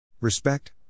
Respect